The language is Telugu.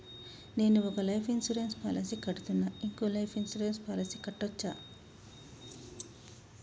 నేను ఒక లైఫ్ ఇన్సూరెన్స్ పాలసీ కడ్తున్నా, ఇంకో లైఫ్ ఇన్సూరెన్స్ పాలసీ కట్టొచ్చా?